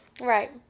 Right